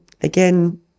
Again